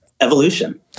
evolution